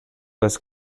was